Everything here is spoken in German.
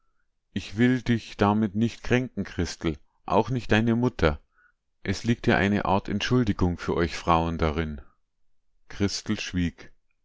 ich will dich damit nicht kränken christel auch nicht deine mutter es liegt ja eine art entschuldigung für euch frauen darin christel schwieg